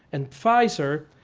and pfizer.